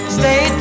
stay